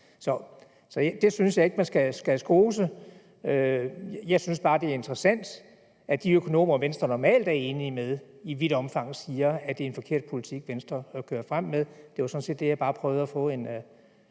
Så det synes jeg ikke man skal skose. Jeg synes bare, det er interessant, at de økonomer, som Venstre normalt er enige med, i vidt omfang siger, at det er en forkert politik, Venstre kører frem med; det var sådan set det, jeg bare prøvede at sige.